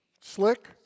slick